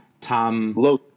tom